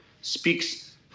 speaks